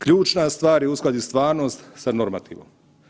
Ključna stvar je uskladiti stvarnost sa normativom.